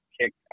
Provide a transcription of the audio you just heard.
kicked